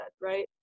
right